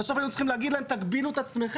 בסוף היינו צריכים להגיד להם תגבילו את עצמכם.